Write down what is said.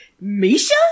Misha